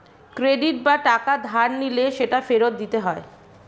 credit বা টাকা ধার নিলে সেটা ফেরত দিতে হয়